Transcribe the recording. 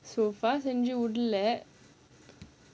so far செஞ்சி விடல:senji vidala